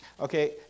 Okay